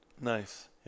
Nice